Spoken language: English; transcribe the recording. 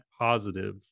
positive